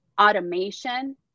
automation